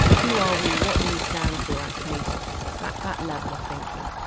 who are we, what do we stand for as police officers? that that level of thinking.